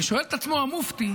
ושואל את עצמו המופתי: